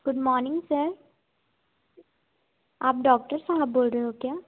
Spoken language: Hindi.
गुड मोर्निंग सर आप डॉक्टर साहब बोल रहे हो क्या